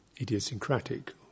idiosyncratic